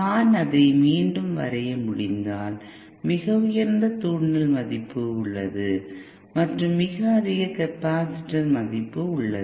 நான் அதை மீண்டும் வரைய முடிந்தால் மிக உயர்ந்த தூண்டல் மதிப்பு உள்ளது மற்றும் மிக அதிக கெப்பாசிட்டர்மதிப்பு உள்ளது